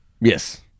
Yes